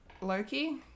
Loki